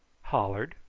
hollered!